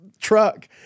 truck